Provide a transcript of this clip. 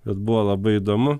bet buvo labai įdomu